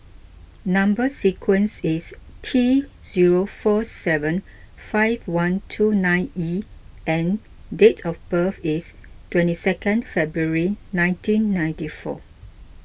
Number Sequence is T zero four seven five one two nine E and date of birth is twenty second February nineteen ninety four